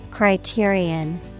Criterion